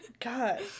God